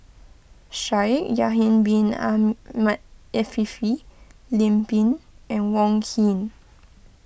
Shaikh Yahya Bin Ahmed Afifi Lim Pin and Wong Keen